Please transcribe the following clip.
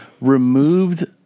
removed